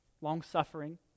long-suffering